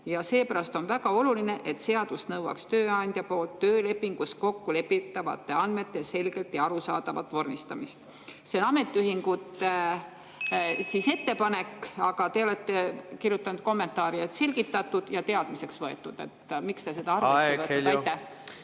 Seepärast on väga oluline, et seadus nõuaks tööandja poolt töölepingus kokkulepitavate andmete selgelt ja arusaadavalt vormistamist. See on ametiühingute ettepanek, aga te olete kirjutanud kommentaari, et selgitatud ja teadmiseks võetud. Miks te seda arvesse